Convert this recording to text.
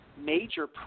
major